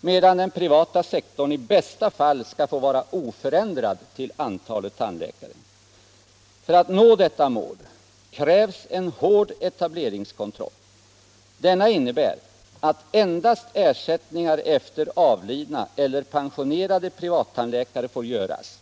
medan den privata sektorn i bästa fall skall få vara oförändrad till antalet tandläkare. För att nå detta mål krävs en hård etableringskontroll. Denna innebär att endast ersättningar efter avlidna eller pensionerade privattandläkare får göras.